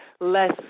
less